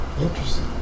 Interesting